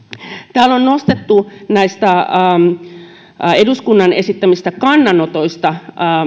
täällä on nostettu asioita eduskunnan esittämistä kannanotoista